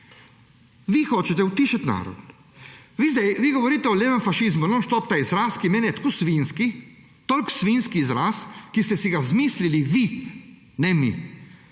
Vi hočete utišati narod. Vi zdaj govorite o levem fašizmu, nonstop ta izraz, ki je meni tako svinjski, tako svinjski izraz, ki ste si ga izmisliti vi, ne mi.